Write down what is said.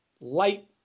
light